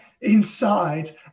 inside